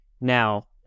Now